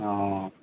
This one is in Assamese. অঁ